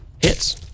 Hits